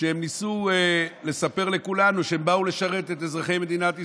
כשהם ניסו לספר לכולנו שהם באו לשרת את אזרחי מדינת ישראל.